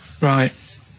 Right